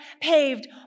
paved